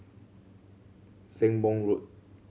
Sembong Road